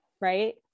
Right